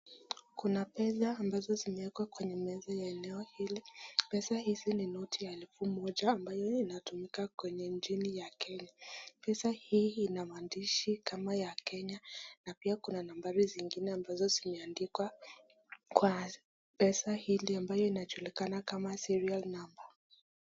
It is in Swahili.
Kuna pesa ambazo zimewekwa kweye meza ya eneo hili, pesa hizi ni noti ya elfu moja ambayo inatumika kwenye nchini ya Kenya. Pesa hii ina maandishi kama ya Kenya, na pia kuna nambari zingine ambazo zimeandikwa kwa pesa hili ambao inajulikana kama serial number .